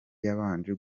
yabanje